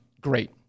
great